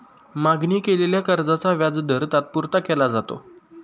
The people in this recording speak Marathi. मागणी केलेल्या कर्जाचा व्याजदर तात्पुरता केला जातो